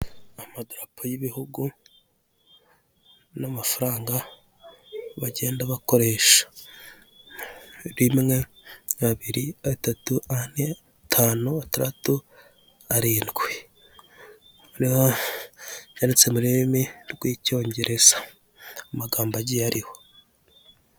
Amadarapo y'ibihugu n'amafaranga bagenda bakoresha; rimwe, abiri, atatu, ane, atanu, atandatu, arindwi hariho ayanditse mu rurimi rw'icyongereza amagambo agiye ariho.